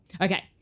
Okay